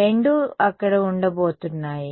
రెండూ అక్కడ ఉండబోతున్నాయి